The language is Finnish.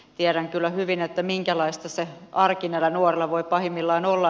tiedän kyllä hyvin minkälaista se arki näillä nuorilla voi pahimmillaan olla